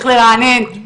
צריך לרענן,